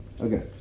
Okay